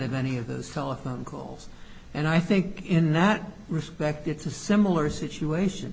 of any of those telephone calls and i think in that respect it's a similar situation